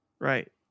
Right